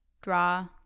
draw